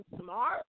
smart